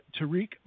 Tariq